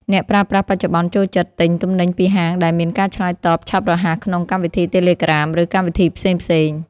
អ្នកប្រើប្រាស់បច្ចុប្បន្នចូលចិត្តទិញទំនិញពីហាងដែលមានការឆ្លើយតបឆាប់រហ័សក្នុងកម្មវិធីតេឡេក្រាម ឬកម្មវិធីផ្សេងៗ។